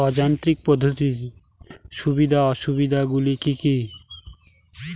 অযান্ত্রিক পদ্ধতির সুবিধা ও অসুবিধা গুলি কি কি?